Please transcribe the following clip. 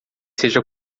seja